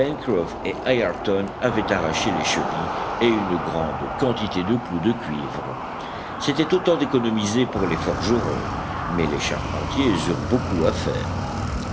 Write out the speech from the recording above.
avaient arraché les chevilles et une grande quantité de clous de cuivre c'était autant d'économisé pour les forgerons mais les charpentiers eurent beaucoup à faire